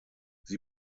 sie